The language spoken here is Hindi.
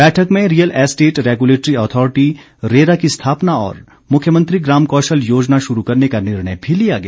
बैठक में real estate regulatory authority RERA की स्थापना और मुख्यमंत्री ग्राम कौशल योजना शुरू करने का निर्णय भी लिया गया